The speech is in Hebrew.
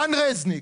רן רזניק.